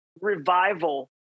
revival